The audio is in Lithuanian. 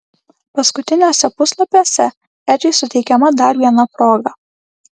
paskutiniuose puslapiuose edžiui suteikiama dar viena proga